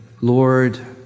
Lord